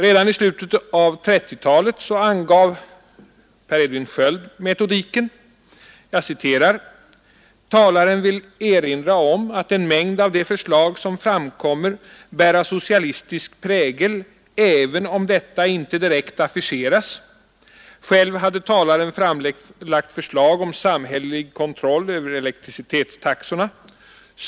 Redan i slutet av 1930-talet angav Per Edvin Sköld metodiken. Jag citerar: ”Talaren vill erinra om att en mängd av de förslag som framkommer bära socialistisk prägel även om detta icke direkt affischeras. Själv hade talaren framlagt förslag om samhällelig kontroll över elektricitetstaxorna.